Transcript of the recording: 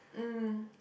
mm